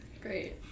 Great